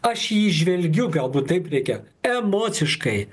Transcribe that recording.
aš į jį žvelgiu galbūt taip reikia emociškai